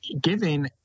giving